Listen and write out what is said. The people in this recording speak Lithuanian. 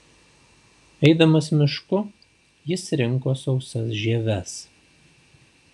eidamas mišku jis rinko sausas žieves